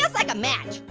like a match.